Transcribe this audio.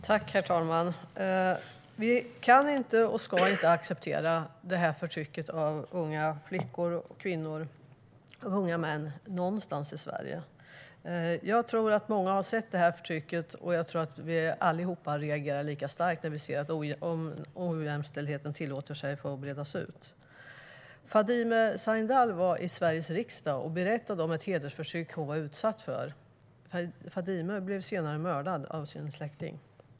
Herr talman! Vi kan och ska inte acceptera förtryck av unga flickor, kvinnor och unga män någonstans i Sverige. Jag tror att många har sett detta förtryck och att vi alla reagerar lika starkt när vi ser att ojämställdheten tillåts breda ut sig. Fadime Sahindal var i Sveriges riksdag och berättade om det hedersförtryck hon var utsatt för. Fadime blev senare mördad av sin släkting.